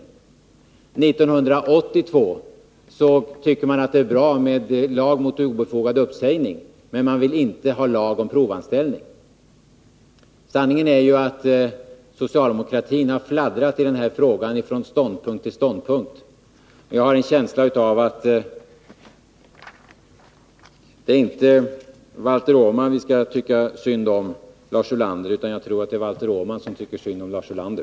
1982 tycker man att det är bra med en lag mot obefogad uppsägning, men man vill inte ha någon lag om provanställning. Sanningen är att socialdemokratin i den här frågan har fladdrat från ståndpunkt till ståndpunkt. Jag har en känsla av att det inte är Valter Åman vi skall tycka synd om, Lars Ulander. Jag tror det är Valter Åman som tycker synd om Lars Ulander.